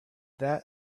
that